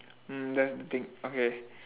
mm that's the thing okay